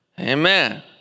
Amen